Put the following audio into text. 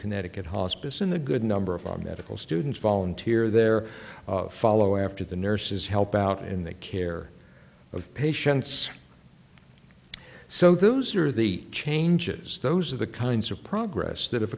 connecticut hospice in the good number of our medical students volunteer there follow after the nurses help out in the care of patients so those are the changes those are the kinds of progress that have